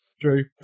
True